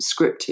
scripted